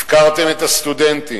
הפקרתם את הסטודנטים.